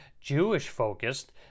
Jewish-focused